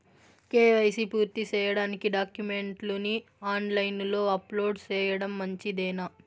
KYC పూర్తి సేయడానికి డాక్యుమెంట్లు ని ఆన్ లైను లో అప్లోడ్ సేయడం మంచిదేనా?